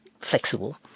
flexible